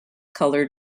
color